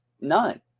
none